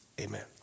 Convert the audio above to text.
Amen